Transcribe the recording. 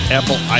Apple